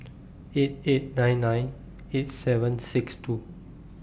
eight eight nine nine eight seven six two